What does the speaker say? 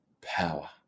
power